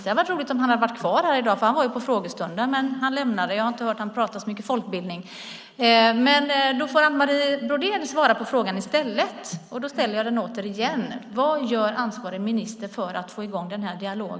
Det hade varit roligt om han var kvar här. Han var ju med på frågestunden men lämnade sedan kammaren. Jag har inte hört honom tala så mycket om folkbildning. Anne Marie Brodén får i stället svara på min fråga som jag återigen ställer: Vad gör ansvarig minister för att få i gång en dialog?